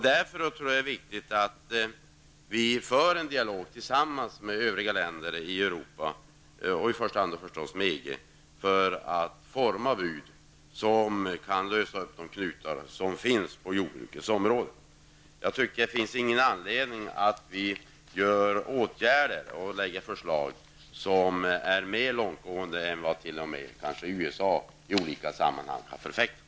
Därför tror jag att det är viktigt att Sverige har en dialog med övriga länder i Europa, i första hand gäller det naturligtvis EG, för att forma bud som kan lösa upp de knutar som finns på jordbruksområdet. Jag tycker inte att det finns någon anledning för oss att vidta åtgärder och lägga fram förslag som är mer långtgående än vad t.o.m. USA i olika sammanhang kan förfäkta.